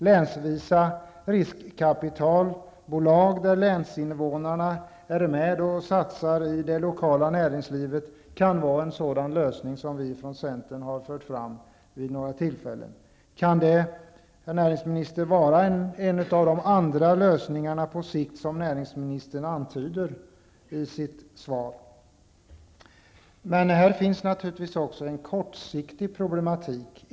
Länsvisa riskkapitalbolag, där invånarna i länen är med och satsar på det lokala näringslivet, kan vara en lösning, såsom vi i centern har fört fram vid några tillfällen. Kan det, herr näringsminister, vara en av de andra lösningar på sikt som ministern antyder i sitt svar? Här finns naturligtvis också en kortsiktig problematik.